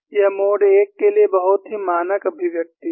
यह मोड 1 के लिए एक बहुत ही मानक अभिव्यक्ति है